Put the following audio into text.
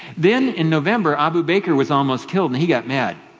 then in november, abu bakr was almost killed and he got mad,